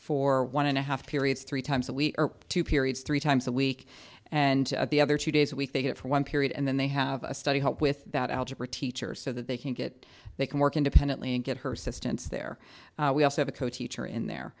for one and a half periods three times a week or two periods three times a week and the other two days a week they get for one period and then they have a study help with that algebra teacher so that they can get they can work independently and get her assistance there we also have a coach teacher in there